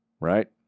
right